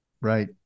right